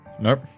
Nope